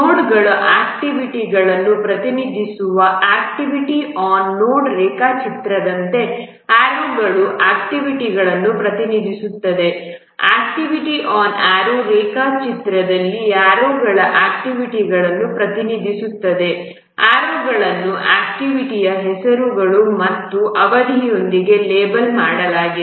ನೋಡ್ಗಳು ಆಕ್ಟಿವಿಟಿಗಳನ್ನು ಪ್ರತಿನಿಧಿಸುವ ಆಕ್ಟಿವಿಟಿ ಆನ್ ನೋಡ್ ರೇಖಾಚಿತ್ರದಂತೆ ಆರೋಗಳು ಆಕ್ಟಿವಿಟಿಗಳನ್ನು ಪ್ರತಿನಿಧಿಸುತ್ತವೆ ಆಕ್ಟಿವಿಟಿ ಆನ್ ಆರೋ ರೇಖಾಚಿತ್ರದಲ್ಲಿ ಆರೋಗಳು ಆಕ್ಟಿವಿಟಿಗಳನ್ನು ಪ್ರತಿನಿಧಿಸುತ್ತವೆ ಆರೋಗಳನ್ನು ಆಕ್ಟಿವಿಟಿಯ ಹೆಸರುಗಳು ಮತ್ತು ಅವಧಿಯೊಂದಿಗೆ ಲೇಬಲ್ ಮಾಡಲಾಗಿದೆ